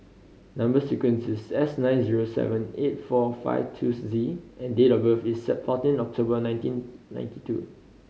number sequence is S nine zero seven eight four five two Z and date of birth is fourteen October nineteen ninety two